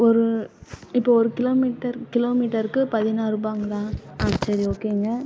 ஒரு இப்போ ஒரு கிலோ மீட்டர் கிலோ மீட்டருக்கு பதினாறுப்பாங்களா சரி ஓகேங்க